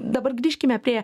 dabar grįžkime prie